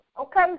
Okay